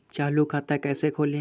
चालू खाता कैसे खोलें?